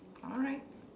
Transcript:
alright